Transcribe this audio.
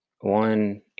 one